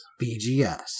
BGS